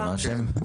מה השם?